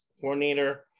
coordinator